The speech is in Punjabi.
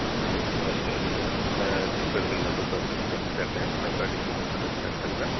ਹੈਲੋ ਨਮਸਕਾਰ ਜੀ ਮੈਮ ਮੈਂ ਤੋਂ ਤਰੁਨ ਗੱਲ ਕਰ ਰਿਹਾ ਮੈਂ ਤੁਹਾਡੀ ਕਿਵੇਂ ਮਦਦ ਕਰ ਸਕਦਾ